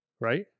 Right